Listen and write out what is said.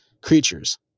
creatures